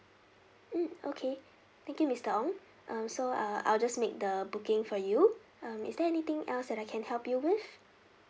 mm okay thank you mister ong um so uh I'll just make the booking for you um is there anything else that I can help you with